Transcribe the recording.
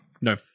No